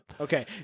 Okay